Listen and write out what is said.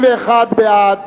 21 בעד,